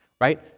right